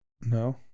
No